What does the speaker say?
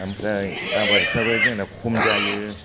ओमफ्राय आबादफ्राबो जोंना खम जायो